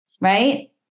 Right